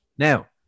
Now